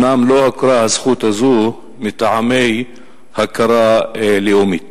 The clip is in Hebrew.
אבל לא הוכרה הזכות הזאת מטעמי הכרה לאומית.